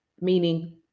Meaning